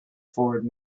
forward